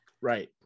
Right